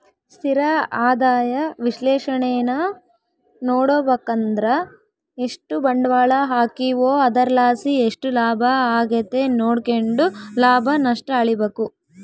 ಸ್ಥಿರ ಆದಾಯ ವಿಶ್ಲೇಷಣೇನಾ ನೋಡುಬಕಂದ್ರ ಎಷ್ಟು ಬಂಡ್ವಾಳ ಹಾಕೀವೋ ಅದರ್ಲಾಸಿ ಎಷ್ಟು ಲಾಭ ಆಗೆತೆ ನೋಡ್ಕೆಂಡು ಲಾಭ ನಷ್ಟ ಅಳಿಬಕು